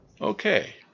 Okay